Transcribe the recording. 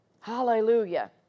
Hallelujah